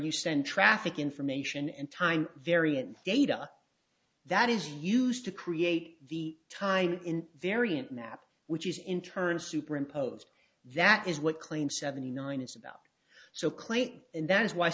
you send traffic information and time variant data that is used to create the time in variant map which is in turn superimposed that is what claim seventy nine is about so claiming and that is why